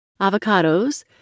Avocados